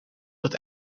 dat